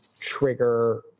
trigger